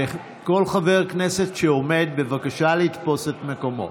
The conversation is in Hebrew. כל חבר כנסת שעומד, בבקשה לתפוס את מקומו.